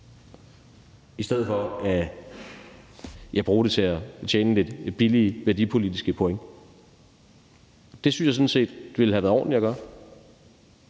i stedet for at bruge det til at tjene lidt billige værdipolitiske point. Det synes jeg sådan set ville have været ordentligt at gøre,